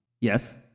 Yes